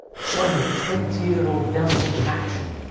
showing the twenty year old dancer in action,